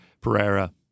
Pereira